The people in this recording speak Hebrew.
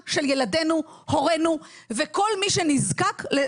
אנחנו בקשר במשך שנים עם דני זקן,